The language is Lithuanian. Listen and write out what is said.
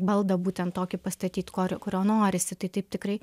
baldą būtent tokį pastatyt kor kurio norisi tai taip tikrai